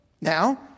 Now